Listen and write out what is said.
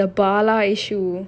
but then happen the bala issue